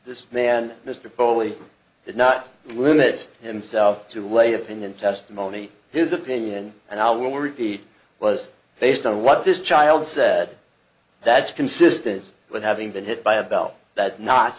this man mr foley did not limit himself to lay opinion testimony his opinion and i will repeat it was based on what this child said that's consistent with having been hit by a bell that's not